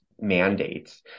mandates